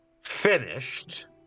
finished